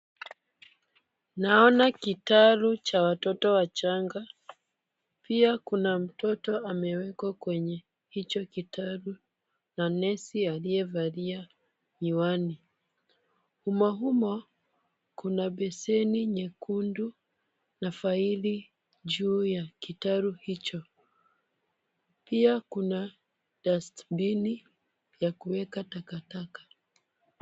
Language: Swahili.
Naona kitaro cha watoto wachanga. Pia kuna mtoto amewekwa kwenye hicho kitaro. Na nesi aliyevalia miwani, humahuma kuna beseni nyekundu, na faili juu ya kitaro hicho. Pia kuna dastbini ya kuweka takataka.